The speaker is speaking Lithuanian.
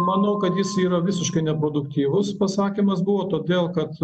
manau kad jis yra visiškai neproduktyvus pasakymas buvo todėl kad